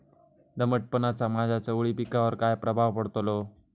दमटपणाचा माझ्या चवळी पिकावर काय प्रभाव पडतलो?